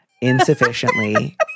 insufficiently